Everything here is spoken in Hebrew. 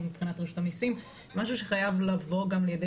הוא מבחינת רשות המיסים משהו שחייב לבוא גם לידי